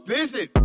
Listen